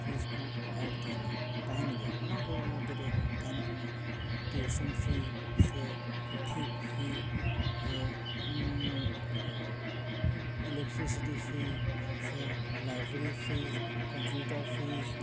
fees ᱠᱚ ᱮᱰ ᱛᱟᱦᱮᱱᱟ ᱛᱟᱦᱮᱱ ᱜᱮᱭᱟ ᱚᱱᱟ ᱠᱚ ᱢᱩᱫᱽ ᱨᱮ ᱛᱟᱦᱮᱱ ᱠᱟᱱᱟ ᱴᱤᱭᱩᱥᱚᱱ ᱯᱷᱤ ᱥᱮ ᱯᱩᱛᱷᱤ ᱯᱷᱤ ᱥᱮ ᱤᱞᱮᱠᱴᱨᱤᱥᱤᱴᱤ ᱯᱷᱤ ᱥᱮ ᱞᱟᱭᱵᱨᱤ ᱯᱷᱤ ᱠᱳᱢᱯᱤᱭᱩᱴᱟᱨ ᱯᱷᱤ